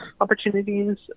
opportunities